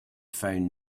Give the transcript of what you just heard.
found